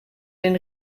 den